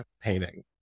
painting